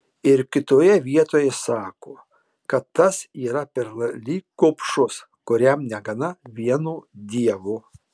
ir kitoje vietoje jis sako kad tas yra pernelyg gobšus kuriam negana vieno dievo